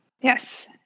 Yes